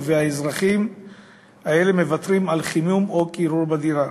והאזרחים האלה מוותרים על חימום או קירור בדירה.